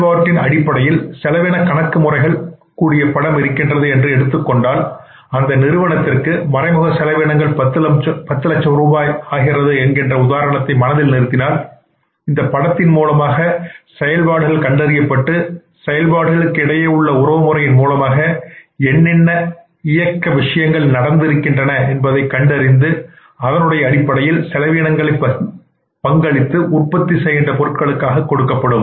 செயல்பாட்டின் அடிப்படையில் செலவின கணக்கு முறைகள் கூடிய படம் இருக்கின்றது என்று எடுத்துக்கொண்டால் அந்த நிறுவனத்திற்கு மறைமுக செலவினங்கள் பத்து லட்சம் ரூபாய் ஆகின்றது என்கின்ற உதாரணத்தை மனதில் நிறுத்தினால் இந்தப் படத்தின் மூலமாக செயல்பாடுகள் கண்டறியப்பட்டு செயல்பாடுகளுக்கு இடையே உள்ள உறவு முறையின் மூலமாக என்னென்ன இயக்கவிடயங்கள் நடக்க இருக்கின்றன என்பதைக் கண்டறிந்து அடிப்படையில் செலவீனங்கள் பங்களித்து உற்பத்தி செய்கின்ற பொருட்களுக்கு கொடுக்கப்படும்